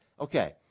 Okay